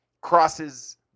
crosses